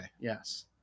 Yes